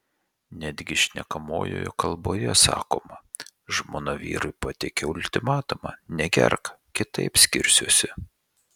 netgi šnekamojoje kalboje sakoma žmona vyrui pateikė ultimatumą negerk kitaip skirsiuosi